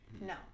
no